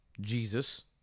Jesus